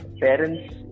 parents